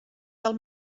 del